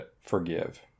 forgive